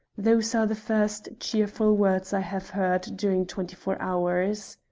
those are the first cheerful words i have heard during twenty-four hours.